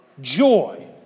joy